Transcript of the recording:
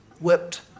whipped